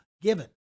given